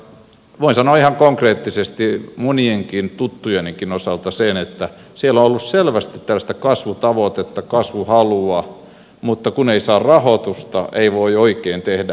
voin sanoa ihan konkreettisesti monien tuttujenikin osalta sen että siellä on ollut selvästi tällaista kasvutavoitetta kasvuhalua mutta kun ei saa rahoitusta ei voi oikein tehdä yhtään mitään